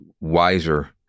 wiser